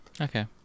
Okay